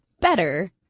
better